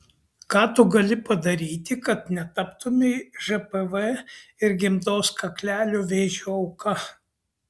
ką tu gali padaryti kad netaptumei žpv ir gimdos kaklelio vėžio auka